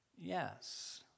yes